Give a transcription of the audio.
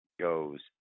goes